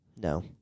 No